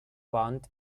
pont